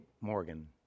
Morgan